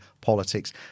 politics